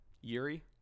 yuri